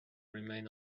remain